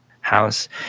house